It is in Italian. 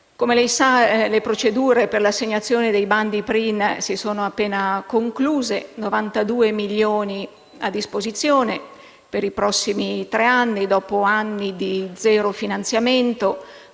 Come lei sa, le procedure per l'assegnazione dei bandi PRIN si sono appena concluse: 92 milioni a disposizione per i prossimi tre anni dopo anni di finanziamento